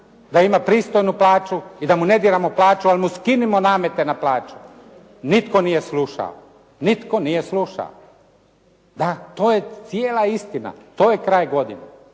da ima pristojnu plaći i da mu ne diramo plaću, ali mu skinimo namete na plaće. Nitko nije slušao. Nitko nije slušao. Da, to je cijela istina. To je kraj godine.